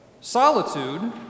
Solitude